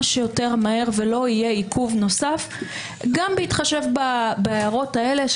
שיותר מהר ולא יהיה עיכוב נוסף גם בהתחשב בהערות האלה.